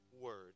word